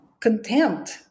contempt